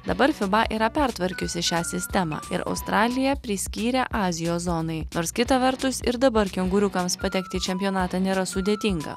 dabar fiba yra pertvarkiusi šią sistemą ir australiją priskyrė azijos zonai nors kita vertus ir dabar kengūriukams patekti į čempionatą nėra sudėtinga